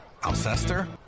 Alcester